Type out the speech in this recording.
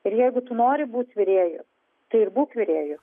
ir jeigu tu nori būt virėju tai ir būk virėju